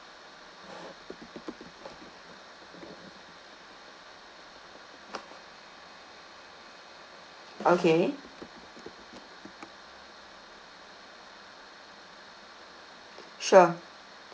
okay sure